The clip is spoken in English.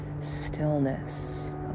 stillness